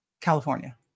California